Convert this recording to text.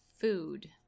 Food